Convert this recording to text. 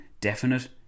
definite